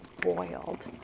boiled